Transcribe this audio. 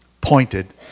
pointed